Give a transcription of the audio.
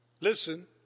listen